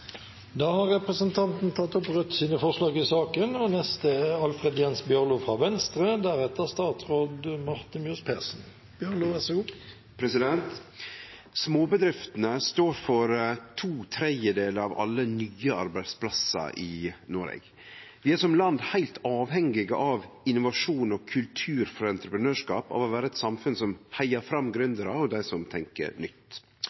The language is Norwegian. Representanten Mímir Kristjánsson har tatt opp de forslagene han refererte til. Småbedriftene står for to tredjedelar av alle nye arbeidsplassar i Noreg. Vi er som land heilt avhengige av innovasjon og kultur for entreprenørskap, av å vere eit samfunn som heiar fram gründerar og dei som tenkjer nytt.